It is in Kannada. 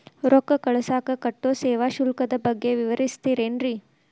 ರೊಕ್ಕ ಕಳಸಾಕ್ ಕಟ್ಟೋ ಸೇವಾ ಶುಲ್ಕದ ಬಗ್ಗೆ ವಿವರಿಸ್ತಿರೇನ್ರಿ?